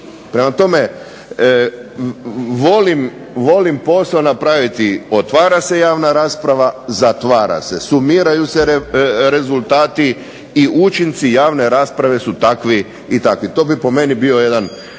Prema tome, volim posao napraviti. Otvara se javna rasprava, zatvara se. Sumiraju se rezultati i učinci javne rasprave su takvi i takvi. To bi po meni bio jedan